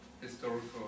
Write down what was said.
historical